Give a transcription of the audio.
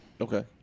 Okay